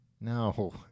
No